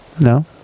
No